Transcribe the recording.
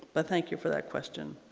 but thank you for that question.